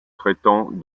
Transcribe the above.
traitant